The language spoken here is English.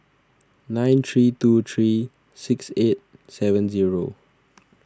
nine three two three six eight seven zero